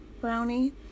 Brownie